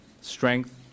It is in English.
strength